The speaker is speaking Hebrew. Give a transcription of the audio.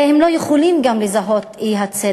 הן לא יכולות גם לזהות את האי-צדק.